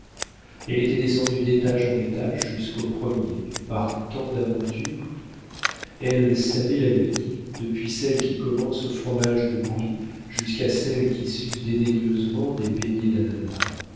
elle était descendue d'étage en étage jusqu'au premier par tant d'aventures elle savait la vie depuis celle qui commence au fromage de brie jusqu'à celle qui suce dédaigneusement des beignets d'ananas